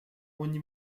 ogni